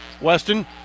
Weston